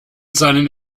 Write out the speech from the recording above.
seinen